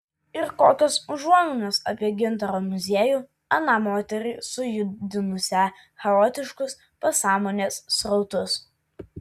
ir jokios užuominos apie gintaro muziejų aną moterį sujudinusią chaotiškus pasąmonės srautus